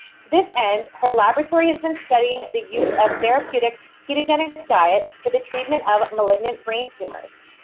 to this end, her laboratory has been studying the use of therapeutic ketogenic diet for the treatment of malignant brain tumors.